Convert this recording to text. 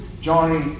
Johnny